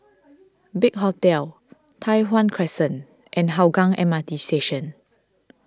Big Hotel Tai Hwan Crescent and Hougang M R T Station